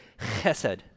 chesed